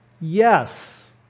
yes